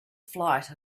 flight